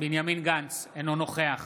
אינו נוכח